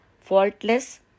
faultless